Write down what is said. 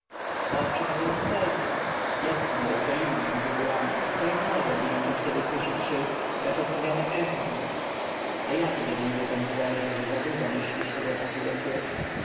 oczy moje i serce jest ono jak dolina między górami która nie może milczeć kiedy słyszy krzyk lecz odpowiada echem a ja tobie mówię pentuerze że za dużo myślisz o rzeczach niebezpiecznych